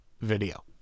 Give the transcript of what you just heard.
video